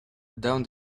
down